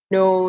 no